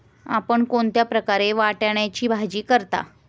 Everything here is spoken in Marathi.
आपण कोणत्या प्रकारे वाटाण्याची भाजी करता?